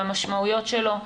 למשמעויות שלו,